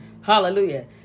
Hallelujah